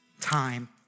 time